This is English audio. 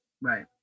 Right